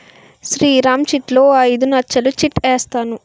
శ్రీరామ్ చిట్లో ఓ ఐదు నచ్చలు చిట్ ఏసాను